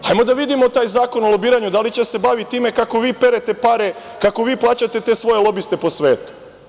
Hajmo da vidimo taj zakon o lobiranju, da li će da se bavi time kako vi perete pare, kako vi plaćate te svoje lobiste po svetu?